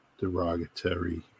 derogatory